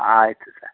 ಆಯ್ತು ಸರ್